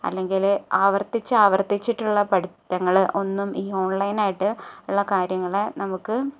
അല്ലെങ്കിൽ ആവര്ത്തിച്ച് ആവര്ത്തിച്ചിട്ടുള്ള പഠിങ്ങൾ ഒന്നും ഈ ഓണ്ലൈനായിട്ട് ഉള്ള കാര്യങ്ങളെ നമുക്ക്